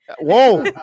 Whoa